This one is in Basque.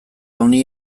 honi